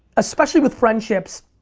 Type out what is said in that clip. especially with friendships,